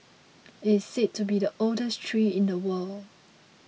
it is said to be the oldest tree in the world